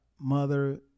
mother